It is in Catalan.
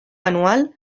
anual